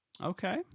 Okay